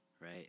Right